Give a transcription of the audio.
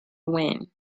win